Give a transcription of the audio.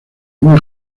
muy